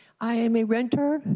i am a renter,